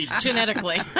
Genetically